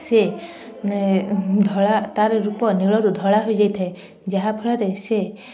ସିଏ ଧଳା ତାର ରୂପ ନୀଳରୁ ଧଳା ହୋଇଯାଇଥାଏ ଯାହାଫଳରେ ସେ